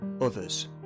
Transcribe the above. Others